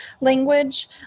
language